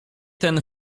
ten